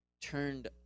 turned